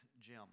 Jim